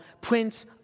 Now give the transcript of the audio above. Prince